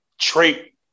trait